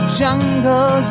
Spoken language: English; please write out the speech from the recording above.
jungle